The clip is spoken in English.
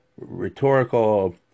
rhetorical